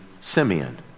Simeon